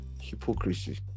hypocrisy